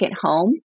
home